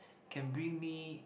can bring me